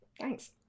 Thanks